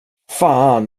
fan